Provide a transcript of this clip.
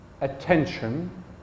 attention